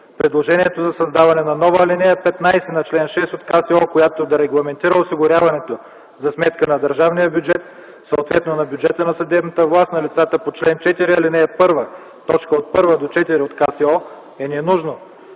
Предложението за създаване на нова ал. 15 на чл. 6 от КСО, която да регламентира осигуряването за сметка на държавния бюджет, съответно на бюджета на съдебната власт на лицата по чл. 4, ал.1, т. 1 - 4 от КСО е ненужно,